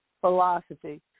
philosophy